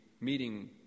meeting